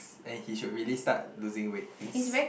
and he should really start losing weight is